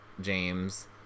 James